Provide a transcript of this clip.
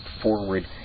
forward